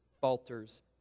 falters